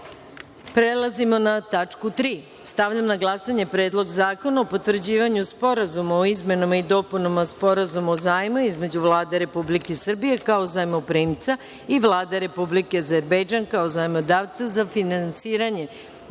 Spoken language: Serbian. tumačenja. Prelazimo na tačku 3.Stavljam na glasanje Predlog zakona o potvrđivanju Sporazuma o izmenama i dopunama Sporazuma o zajmu između Vlade Republike Srbije, kao zajmoprimca i Vlade Republike Azerbejdžan, kao zajmodavca za finansiranje